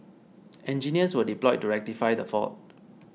engineers were deployed to rectify the fault